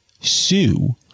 Sue